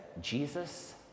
Jesus